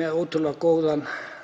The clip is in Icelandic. með ótrúlega góða aðstöðu